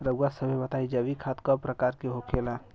रउआ सभे बताई जैविक खाद क प्रकार के होखेला?